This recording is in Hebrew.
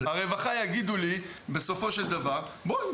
ברווחה יגידו לי בסופו של דבר בואי,